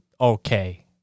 okay